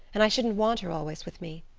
and i shouldn't want her always with me.